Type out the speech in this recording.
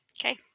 Okay